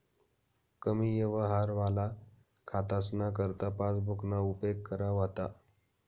कमी यवहारवाला खातासना करता पासबुकना उपेग करा व्हता